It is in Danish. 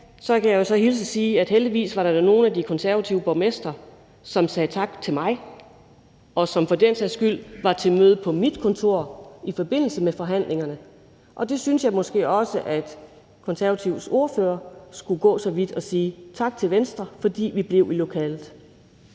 så kan jeg jo så hilse og sige, at der heldigvis var nogle af de konservative borgmestre, der sagde tak til mig, og som for den sags skyld var til møde på mit kontor i forbindelse med forhandlingerne. Og jeg synes, at måske også den konservative ordfører skulle gå så vidt som at sige tak til Venstre, fordi vi blev i lokalet.